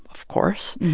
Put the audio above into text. of course,